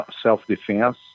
self-defense